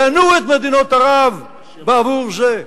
גנו את מדינות ערב בעבור זה.